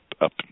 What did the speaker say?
up